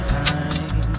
time